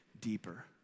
deeper